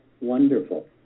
wonderful